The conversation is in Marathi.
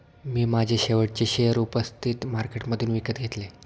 मी माझे शेवटचे शेअर उपस्थित मार्केटमधून विकत घेतले